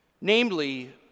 namely